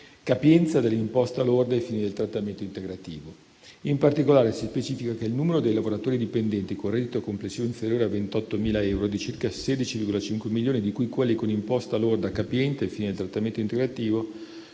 capienza dell'imposta lorda ai fini del trattamento integrativo. In particolare, si specifica che il numero dei lavoratori dipendenti con reddito complessivo inferiore a 28.000 euro è di circa 16,5 milioni, di cui quelli con imposta lorda capiente, ai fini del trattamento integrativo,